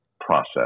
process